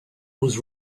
was